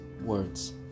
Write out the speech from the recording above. words